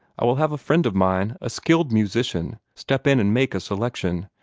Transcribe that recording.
i will have a friend of mine, a skilled musician, step in and make a selection.